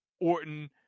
Orton